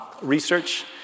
research